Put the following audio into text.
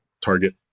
target